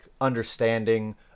understanding